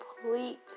complete